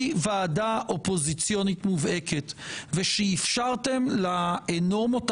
אני מאוד מקווה שתנהגו כמו ווינרים.